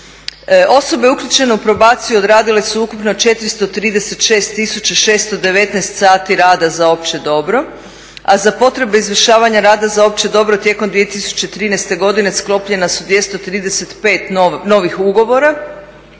Osobe uključene u probaciju odradile su ukupno 436 619 sati rada za opće dobro, a za potrebe izvršavanja rada za opće dobro tijekom 2013. godine sklopljena su 235 novih ugovora.